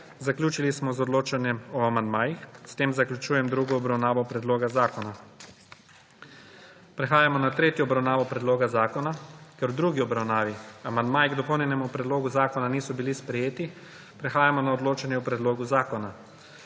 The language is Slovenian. Zaključili smo z odločanjem o amandmajih. S tem zaključujem drugo obravnavo predloga zakona. Prehajamo na tretjo obravnavo predloga zakona. Ker v drugi obravnavi amandmaji k dopolnjenemu predlogu zakona niso bili sprejeti, prehajamo na odločanje o predlogu zakona.